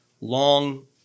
long